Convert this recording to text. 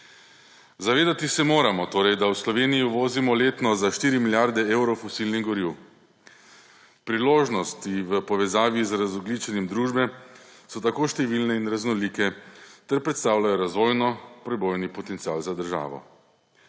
Zavedati se moramo torej, da v Sloveniji uvozimo letno za 4 milijarde evrov fosilnih goriv. Priložnosti v povezavi z razogljičenjem družbe so tako številne in raznolike ter predstavljajo razvojni prebojni potencial za državo.